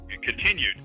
continued